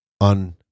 on